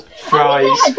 Fries